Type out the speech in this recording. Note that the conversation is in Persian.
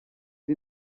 این